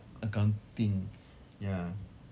accounting ya